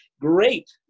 great